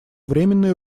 временные